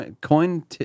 coin